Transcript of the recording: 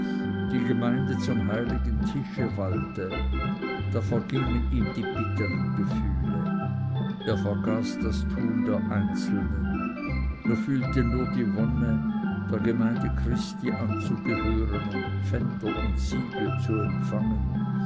die gemeinde zum heiligen tische wallte da vergingen ihm die bittern gefühle er vergaß das tun der einzelnen er fühlte nur die wonne der gemeinde christi anzugehören und pfänder und siegel zu empfangen